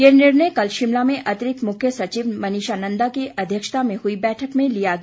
ये निर्णय कल शिमला में अतिरिक्त मुख्य सचिव मनीषा नंदा की अध्यक्षता में हुई बैठक में लिया गया